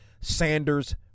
Sanders